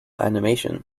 animation